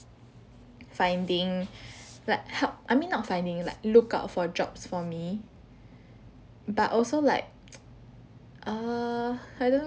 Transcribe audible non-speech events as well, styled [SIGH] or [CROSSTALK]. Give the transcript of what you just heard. finding like help I mean not finding like lookout for jobs for me but also like [NOISE] uh I don't